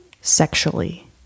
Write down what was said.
sexually